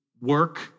work